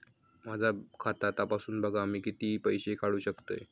माझा खाता तपासून बघा मी किती पैशे काढू शकतय?